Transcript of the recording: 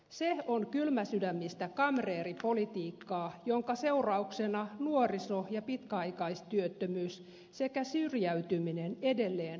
se on kylmäsydämistä kamreeripolitiikkaa jonka seurauksena nuoriso ja pitkäaikaistyöttömyys sekä syrjäytyminen edelleen kasvavat